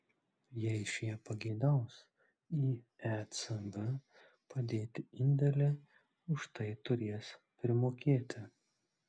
jei šie pageidaus į ecb padėti indėlį už tai turės primokėti